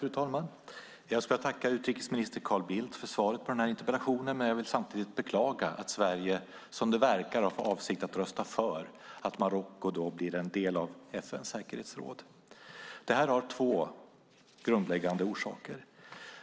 Fru talman! Jag ska tacka utrikesminister Carl Bildt för svaret på den här interpellationen, men jag vill samtidigt beklaga att Sverige, som det verkar, har för avsikt att rösta för att Marocko blir en del av FN:s säkerhetsråd. Det här har två grundläggande orsaker.